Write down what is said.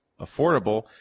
affordable